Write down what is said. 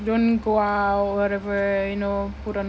don't go out whatever you know put on